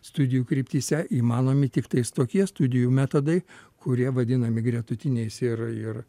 studijų kryptyse įmanomi tiktais tokie studijų metodai kurie vadinami gretutiniais ir ir